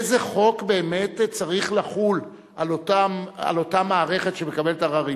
איזה חוק באמת צריך לחול על אותה מערכת שמקבלת עררים,